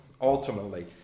ultimately